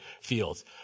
fields